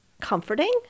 comforting